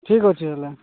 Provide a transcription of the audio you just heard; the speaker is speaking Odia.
ଠିକ୍ ଅଛି ହେଲେ